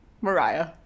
Mariah